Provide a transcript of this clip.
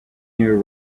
year